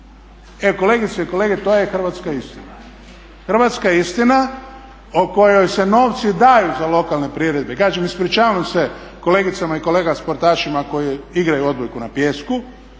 E kolegice i kolege to je hrvatska istina, hrvatska istina o kojoj se novci daju za lokalne priredbe. Kažem ispričavam se kolegicama i kolegama sportašima koji igraju odbojku na pijesku,